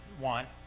want